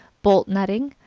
bolt nutting,